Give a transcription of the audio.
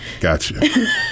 Gotcha